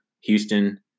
Houston